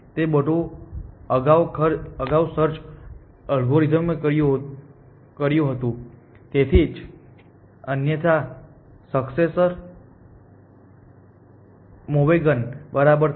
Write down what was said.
તેથી તે બધું અગાઉ સર્ચ એલ્ગોરિધમમાં કર્યું હતું તે જ છે અન્યથા સકસેસર movegen બરાબર થશે